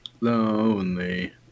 lonely